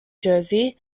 jersey